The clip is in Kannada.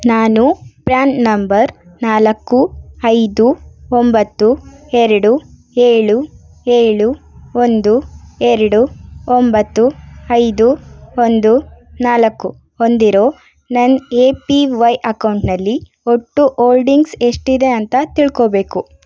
ನಾನು ಪ್ರ್ಯಾನ್ ನಂಬರ್ ನಾಲ್ಕು ಐದು ಒಂಬತ್ತು ಎರಡು ಏಳು ಏಳು ಒಂದು ಎರಡು ಒಂಬತ್ತು ಐದು ಒಂದು ನಾಲ್ಕು ಹೊಂದಿರೋ ನನ್ನ ಎ ಪಿ ವೈ ಅಕೌಂಟ್ನಲ್ಲಿ ಒಟ್ಟು ಹೋಲ್ಡಿಂಗ್ಸ್ ಎಷ್ಟಿದೆ ಅಂತ ತಿಳ್ಕೋಬೇಕು